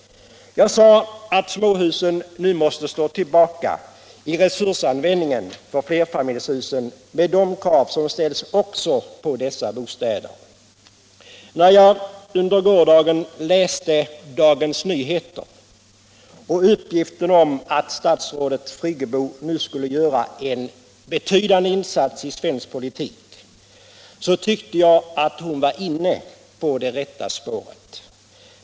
Jag sade att småhusen nu måste stå tillbaka när det gäller resursanvändningen för flerfamiljshusen, med de krav som ställs också på dessa bostäder. När jag under gårdagen läste Dagens Nyheter och uppgiften om att statsrådet Friggebo nu skulle göra en insats i svensk politik, tyckte jag att hon var inne på det rätta spåret.